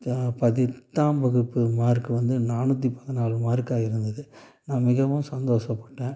த பத்தாம் வகுப்பு மார்க் வந்து நானூற்றி பதினாலு மார்க்காக இருந்துது நான் மிகவும் சந்தோசப்பட்டேன்